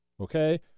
Okay